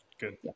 good